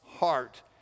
Heart